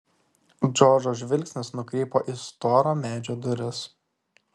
džordžo žvilgsnis nukrypo į storo medžio duris